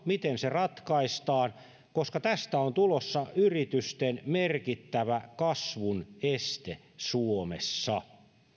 miten se työvoimapula ratkaistaan koska tästä on tulossa yritysten merkittävä kasvun este suomessa